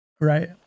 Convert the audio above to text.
Right